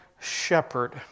shepherd